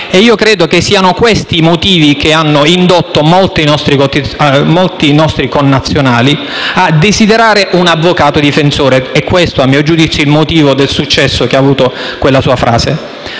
anni. Credo che siano proprio questi i motivi che hanno indotto molti nostri connazionali a desiderare un avvocato difensore. È questo - a mio giudizio - il motivo del successo che ha avuto quella sua frase.